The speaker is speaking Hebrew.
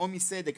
או מסדק.